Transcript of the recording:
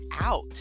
out